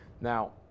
now